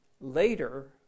later